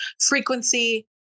frequency